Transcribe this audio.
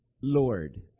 Lord